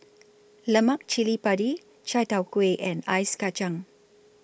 Lemak Cili Padi Chai Tow Kuay and Ice Kachang